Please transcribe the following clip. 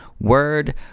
word